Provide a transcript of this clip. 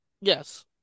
yes